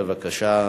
בבקשה.